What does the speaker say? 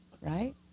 right